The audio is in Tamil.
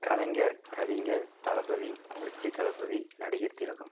கலைஞர் கவிஞர் தளபதி புரட்சித் தளபதி நடிகர் திலகம்